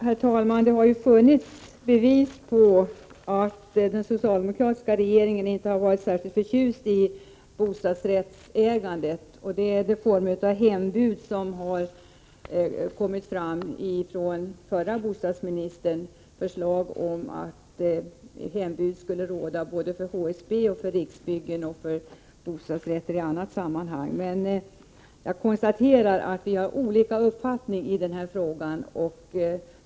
Herr talman! Det finns bevis på att den socialdemokratiska regeringen inte har varit särskilt förtjust i bostadsrättsägandet. Från förre bostadsministern kom ett förslag om att en form av hembud skulle råda för HSB, Riksbyggen och andra bostadsrätter. Jag konstaterar att vi har olika uppfattningar i denna fråga.